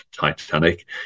titanic